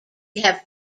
have